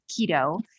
keto